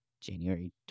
January